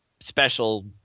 special